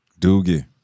Doogie